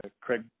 Craig